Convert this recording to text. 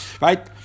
right